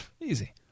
Easy